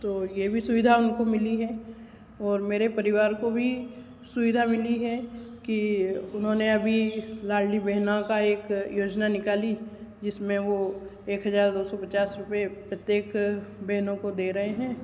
तो यह भी सुविधा उनको मिली है और मेरे परिवार को भी सुविधा मिली है कि उन्होंने अभी लाड़ली बहनों की एक योजना निकाली जिसमें वह एक हज़ार दो सौ पचास रुपये प्रत्येक बहन को दे रहे हैं